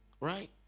right